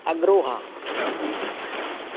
Agroha